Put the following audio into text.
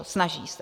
Snaží se.